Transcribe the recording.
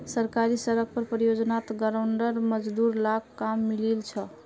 सरकारी सड़क परियोजनात गांउर मजदूर लाक काम मिलील छ